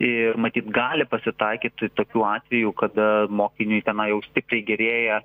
ir matyt gali pasitaikyti tokių atvejų kada mokiniai tenai jaus tiktai gerėja